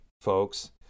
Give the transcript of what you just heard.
folks